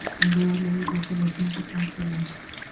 and there are many definitions of aftermaths.